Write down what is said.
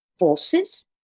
forces